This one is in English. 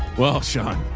well, sean,